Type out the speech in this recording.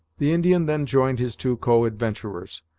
the indian then joined his two co-adventurers,